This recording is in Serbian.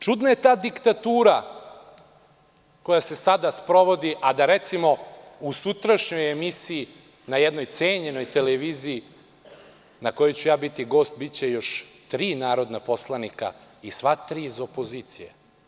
Čudna je ta diktatura koja se sada sprovodi a da recimo, u sutrašnjoj emisiji, na jednoj cenjenoj emisiji na kojoj ću ja biti gost, biće još tri narodna poslanika i sva tri iz opozicije.